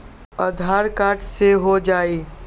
आधार card से हो जाइ?